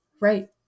Right